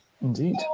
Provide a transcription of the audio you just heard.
Indeed